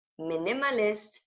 minimalist